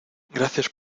gracias